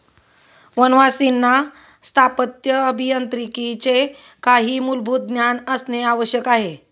वनवासींना स्थापत्य अभियांत्रिकीचे काही मूलभूत ज्ञान असणे आवश्यक आहे